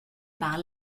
par